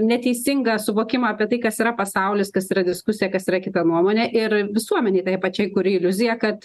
neteisingą suvokimą apie tai kas yra pasaulis kas yra diskusija kas yra kita nuomonė ir visuomenei tai pačiai kuri iliuzija kad